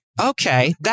Okay